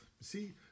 See